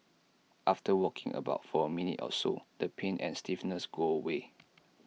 after walking about for A minute or so the pain and stiffness go away